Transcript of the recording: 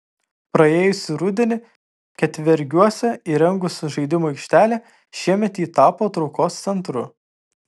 praėjusį rudenį ketvergiuose įrengus žaidimų aikštelę šiemet ji tapo traukos centru